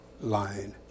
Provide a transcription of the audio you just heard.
line